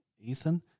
Ethan